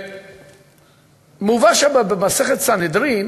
ומובא שם, במסכת סנהדרין,